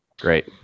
Great